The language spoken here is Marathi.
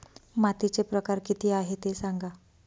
मातीचे प्रकार किती आहे ते सांगा